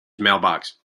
mailbox